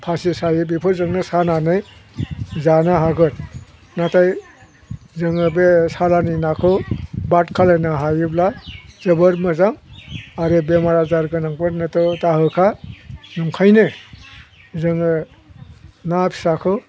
फास्रि सायो बेफोरजोंनो सानानै जानो हागोन नाथाय जोङो बे सालानि नाखौ बाद खालामनो हायोब्ला जोबोर मोजां आरो बेमार आजार गोनांफोरनोथ' दा होखा नंखायनो जोङो ना फिसाखौ